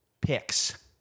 picks